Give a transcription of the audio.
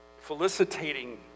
felicitating